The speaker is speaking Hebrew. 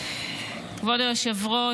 כבוד היושב-ראש,